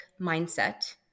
mindset